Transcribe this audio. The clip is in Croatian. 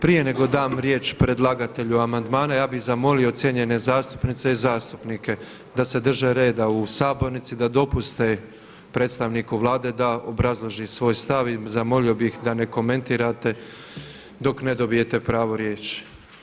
Prije nego dam riječ predlagatelju amandmana ja bih zamolio cijenjene zastupnice i zastupnike da se drže reda u sabornici, da dopuste predstavniku Vlada da obrazloži svoj stav i zamolio bih da ne komentirate dok ne dobijete pravo riječi.